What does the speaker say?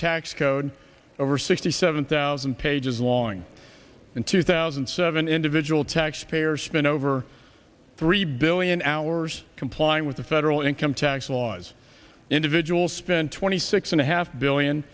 tax code over sixty seven thousand pages long and two thousand and seven individual taxpayers spent over three billion hours complying with the federal income tax laws individual spent twenty six and a half billion